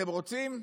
אתם רוצים?